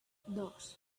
dos